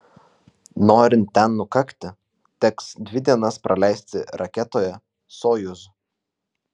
norint ten nukakti teks dvi dienas praleisti raketoje sojuz